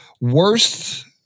worst